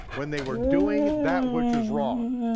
when they were doing that which is wrong.